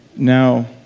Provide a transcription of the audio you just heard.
now,